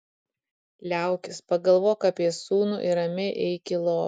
liaukis pagalvok apie sūnų ir ramiai eik į lovą